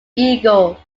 eagle